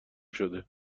شده